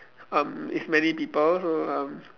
um it's many people so um